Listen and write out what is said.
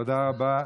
תודה רבה.